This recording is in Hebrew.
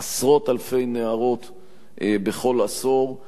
עשרות אלפי נערות בכל עשור.